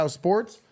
sports